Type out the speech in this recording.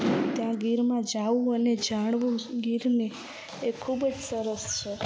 ત્યાં ગીરમાં જવું અને જાણવું ગીરને એ ખૂબ જ સરસ છે